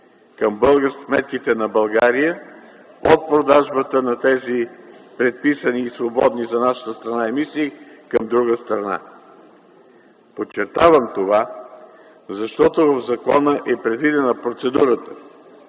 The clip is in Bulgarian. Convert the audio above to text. към сметките на България от продажбата на тези предписани и свободни за нашата страна емисии към друга страна. Подчертавам това, защото в закона е предвидена процедурата